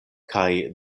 kaj